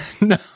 No